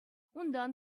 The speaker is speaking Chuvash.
унтан